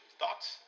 thoughts